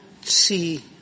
see